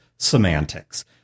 Semantics